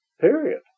period